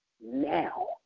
now